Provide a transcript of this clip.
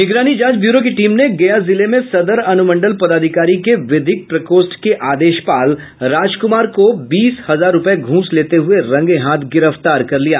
निगरानी जांच ब्यूरो की टीम ने गया जिले में सदर अनुमंडल पदाधिकारी के विधिक प्रकोष्ठ के आदेशपाल राजकुमार को बीस हजार रूपये घूस लेते हुये रंगे हाथ गिरफ्तार कर लिया